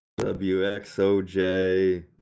WXOJ